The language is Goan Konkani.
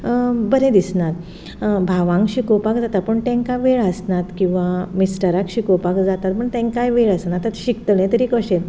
बरें दिसना भावांक शिकोवपा जाता पूण तांकां वेळ आसना किंवां मिस्टराक शिकोपाक जाता पूण तेंकांय वेळ आसना शिकतलें तरी कशें